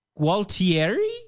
Gualtieri